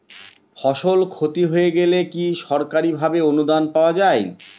ফসল ক্ষতি হয়ে গেলে কি সরকারি ভাবে অনুদান পাওয়া য়ায়?